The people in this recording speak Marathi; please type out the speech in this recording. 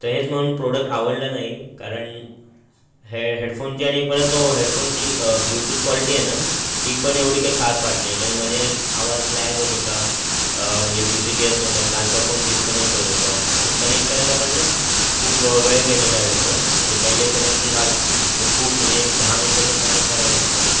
तर हेच म्हणून प्रोडक आवडलं नाही कारण हे हेडफोनची आणि परत तो हेडफोनची ब्ल्युटुत क्वालिटी आहे ना ती पण एवढी काही खास वाटली नाही कारण मध्ये आवाज लॅग होत होता म्हणजे म्युजिक येत नव्हतं सारखा फोन डिस्कनेक्ट होत होता आणि कनेक्ट करायला पण ना खूप व वेळ घेत होता हेडफोन म्हणजे पहिले कनेक्ट जो झाला तो खूप म्हणजे एक दहा मिनटं तर कनेक्ट करायलाच लागली